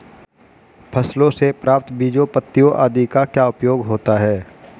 फसलों से प्राप्त बीजों पत्तियों आदि का क्या उपयोग होता है?